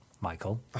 Michael